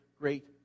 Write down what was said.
great